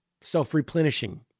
self-replenishing